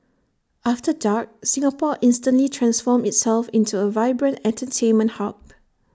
after dark Singapore instantly transforms itself into A vibrant entertainment hub